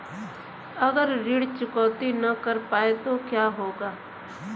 अगर ऋण चुकौती न कर पाए तो क्या होगा?